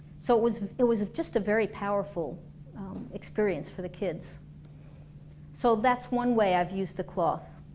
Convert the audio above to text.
so it was it was just a very powerful experience for the kids so that's one way i've used the cloth